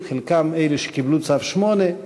חלקם אלו שקיבלו צו 8,